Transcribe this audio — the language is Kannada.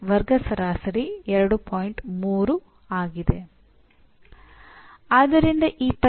ಅಂದಾಜುವಿಕೆ ಅವರು ಏನು ಮಾಡಬೇಕೆಂದು ನಿರೀಕ್ಷಿಸಲಾಗಿದೆ ಎಂಬುದರೊಂದಿಗೆ ಹೊಂದಾಣಿಕೆಯಲ್ಲಿ ಇರುತ್ತದೆ ಈ ಅಲೈನ್ಮೆಂಟ್ ಎಂದು ಕರೆಯುತ್ತಾರೆ